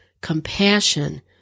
Compassion